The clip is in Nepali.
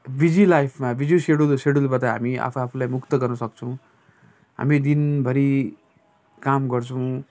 बिजी लाइफमा बिजी सेड्युल सेड्युलबाट हामी आफू आफूलाई मुक्त गर्नसक्छौँ हामी दिनभरि काम गर्छौँ